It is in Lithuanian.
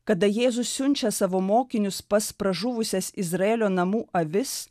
kada jėzus siunčia savo mokinius pas pražuvusias izraelio namų avis